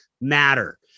matter